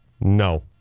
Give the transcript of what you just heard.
No